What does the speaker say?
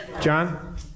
John